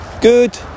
Good